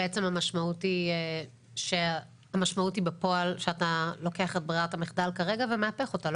בעצם המשמעות היא בפועל שאתה לוקח את ברירת המחדל כרגע ומהפך אותה,